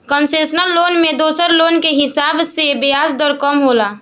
concessional loan में दोसर loan के हिसाब से ब्याज दर कम होला